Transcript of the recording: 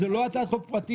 זו לא הצעת חוק פרטית.